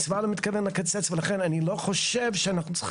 המשרד לא מתכוון לקצץ ולכן אני לא חושב שאנחנו צריכים